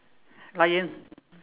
lion